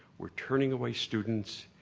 we're turning away students.